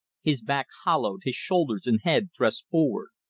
his back hollowed, his shoulders and head thrust forward.